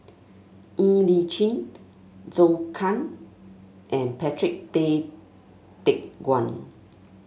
Ng Li Chin Zhou Can and Patrick Tay Teck Guan